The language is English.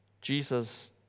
Jesus